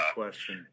question